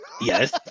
Yes